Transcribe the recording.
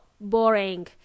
boring